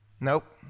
Nope